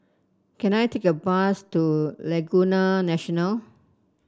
can I take a bus to Laguna National